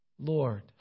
Lord